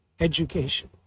education